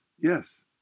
Yes